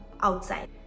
outside